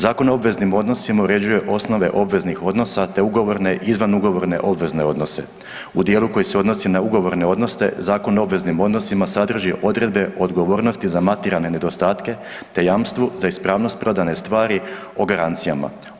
Zakon o obveznim odnosima uređuje osnove obveznih odnosa, te ugovorne i izvanugovorne obvezne odnose u dijelu koji se odnosi na ugovorne odnose Zakon o obveznim odnosima sadrži odredbe odgovornosti za materijalne nedostatke, te jamstvu za ispravnost prodane stvari o garancijama.